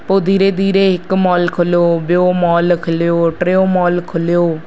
पोइ धीरे धीरे हिकु मॉल खुलियो पोइ ॿियो मॉल खुलियो पोइ टियो मॉल खुलियो